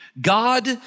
God